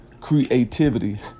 creativity